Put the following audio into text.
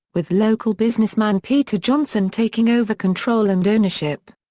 with local businessman peter johnson taking over control and ownership.